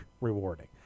rewarding